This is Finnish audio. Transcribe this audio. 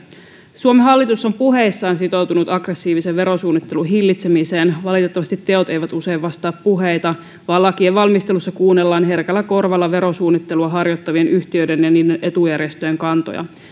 suomen hallitus on puheissaan sitoutunut aggressiivisen verosuunnittelun hillitsemiseen valitettavasti teot eivät usein vastaa puheita vaan lakien valmistelussa kuunnellaan herkällä korvalla verosuunnittelua harjoittavien yhtiöiden ja niiden etujärjestöjen kantoja